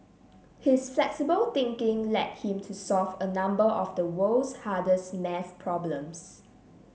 his flexible thinking led him to solve a number of the world's hardest math problems